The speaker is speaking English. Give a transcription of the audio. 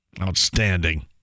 Outstanding